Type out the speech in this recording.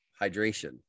hydration